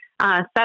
seven